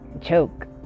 choke